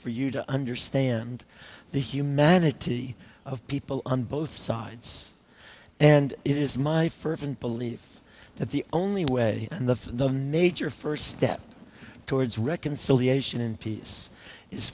for you to understand the humanity of people on both sides and it is my fervent belief that the only way and the the major first step towards reconciliation and peace is